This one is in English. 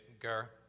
Gar